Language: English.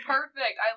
Perfect